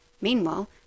Meanwhile